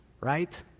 right